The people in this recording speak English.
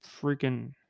freaking